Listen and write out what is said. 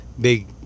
big